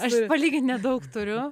aš palygint nedaug turiu